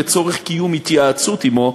לצורך קיום התייעצות עמו,